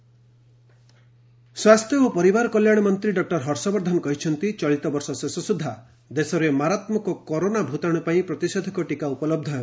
ହର୍ଷବର୍ଦ୍ଧନ ସ୍ୱାସ୍ଥ୍ୟ ଓ ପରିବାର କଲ୍ୟାଣ ମନ୍ତ୍ରୀ ଡକ୍ଟର ହର୍ଷବର୍ଦ୍ଧନ କହିଛନ୍ତି ଚଳିତବର୍ଷ ଶେଷ ସୁଦ୍ଧା ଦେଶରେ ମାରାତ୍ମକ କରୋନା ଭୂତାଣୁ ପାଇଁ ପ୍ରତିଷେଧକ ଟୀକା ଉପଲହ୍ଧ ହେବ